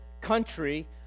country